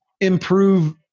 improve